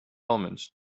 omens